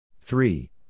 Three